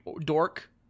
dork